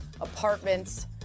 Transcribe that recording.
apartments